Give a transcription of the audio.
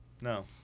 No